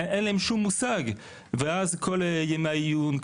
אין להם שום מושג ואז כל ימי העיון,